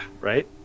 Right